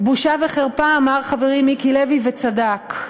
בושה וחרפה, אמר חברי מיקי לוי, וצדק.